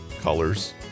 colors